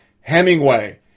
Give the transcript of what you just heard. Hemingway